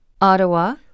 Ottawa